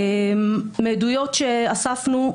מעדויות שאספנו,